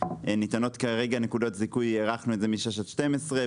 כרגע ניתנות נקודות זיכוי והארכנו את זה מ-6 עד 12,